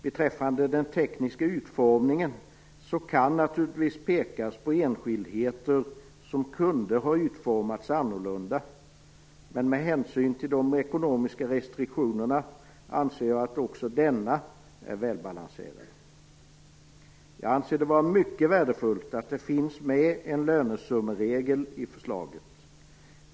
Beträffande den tekniska utformningen kan det naturligtvis pekas på enskildheter som kunde ha utformats annorlunda, men med hänsyn till de ekonomiska restriktionerna anser jag att också denna är välbalanserad. Jag anser det vara mycket värdefullt att det finns med en lönesummeregel i förslaget.